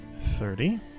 Thirty